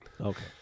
Okay